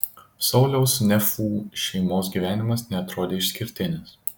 sauliaus nefų šeimos gyvenimas neatrodė išskirtinis